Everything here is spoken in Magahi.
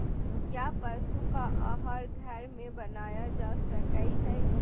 क्या पशु का आहार घर में बनाया जा सकय हैय?